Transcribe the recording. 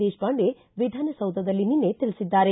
ದೇಶಪಾಂಡೆ ವಿಧಾನಸೌಧದಲ್ಲಿ ನಿನ್ನೆ ತಿಳಿಸಿದ್ದಾರೆ